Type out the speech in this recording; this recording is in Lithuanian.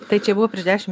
tai čia buvo prieš dešim